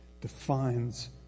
defines